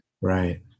Right